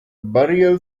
burial